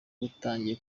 butangiye